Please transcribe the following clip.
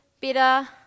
bitter